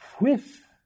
whiff